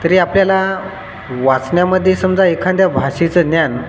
तरी आपल्याला वाचण्यामध्ये समजा एखाद्या भाषेचं ज्ञान